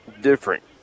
different